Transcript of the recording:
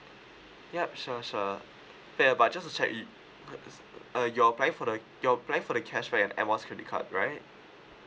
yup sure sure ya uh but just to check with you uh you're applying for the you're applying for the cashback and air miles credit card right